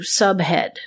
subhead